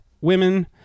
women